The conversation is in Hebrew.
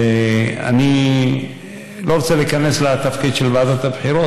ואני לא רוצה להיכנס לתפקיד של ועדת הבחירות,